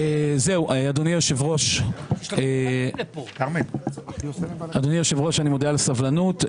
אדוני היושב ראש, אני מודה על הסבלנות.